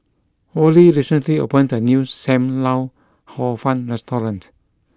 Worley recently opened a new Sam Lau Hor Fun restaurant